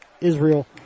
Israel